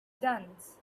dunes